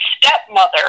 stepmother